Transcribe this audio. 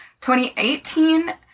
2018